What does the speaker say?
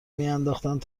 میانداختند